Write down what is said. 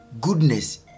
goodness